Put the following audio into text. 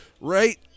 right